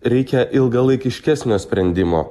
reikia ilgalaikiškesnio sprendimo